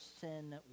sin